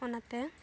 ᱚᱱᱟᱛᱮ